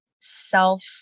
self